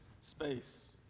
space